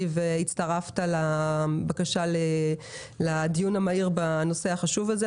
והצטרפת לבקשה לדיון המהיר בנושא החשוב הזה.